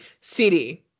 CD